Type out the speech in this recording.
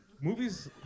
Movies